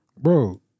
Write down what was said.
Bro